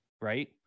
right